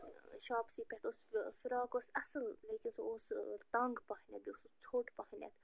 شاپسی پٮ۪ٹھ اوس فِراک اوس اصٕل لیکِن سُہ اوس تنٛگ پہنتھ بیٚیہِ اوس سُہ ژھوٚٹ پہنتھ